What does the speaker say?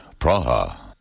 Praha